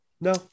No